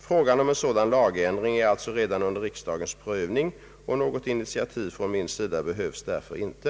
Frågan om en sådan lagändring är alltså redan under riksdagens prövning. Något initiativ från min sida behövs därför inte.